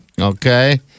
Okay